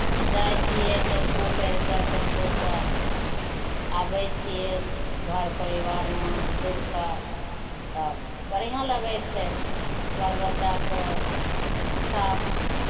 जाइ छियै टेम्पू करि कऽ टेम्पूसँ आबै छियै घर परिवारमे घुरि कऽ तऽ बढ़िआँ लगै छै बाल बच्चाके साथ